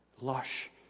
lush